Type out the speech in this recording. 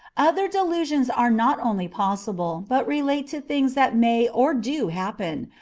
other delusions are not only possible, but relate to things that may or do happen,